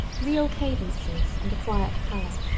real cadences and a quiet color.